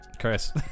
Chris